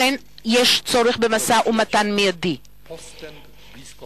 לכן יש צורך במשא-ומתן אמיתי שתמורתו תהיה שלום בר-קיימא.